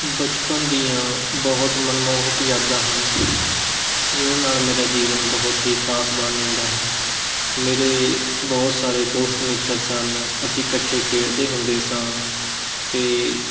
ਬਚਪਨ ਦੀਆਂ ਬਹੁਤ ਮਨਮੋਹਕ ਯਾਦਾਂ ਹਨ ਜਿਨ੍ਹਾਂ ਨਾਲ਼ ਮੇਰਾ ਜੀਵਨ ਬਹੁਤ ਹੀ ਖ਼ਾਸ ਬਣ ਜਾਂਦਾ ਹੈ ਮੇਰੇ ਬਹੁਤ ਸਾਰੇ ਦੋਸਤ ਮਿੱਤਰ ਸਨ ਅਸੀਂ ਇਕੱਠੇ ਖੇਡਦੇ ਹੁੰਦੇ ਸਾਂ ਅਤੇ